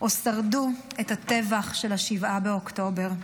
או שרדו את הטבח של 7 באוקטובר.